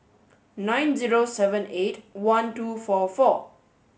nine zero seven eight one two four four